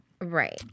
Right